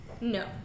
No